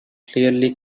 clearly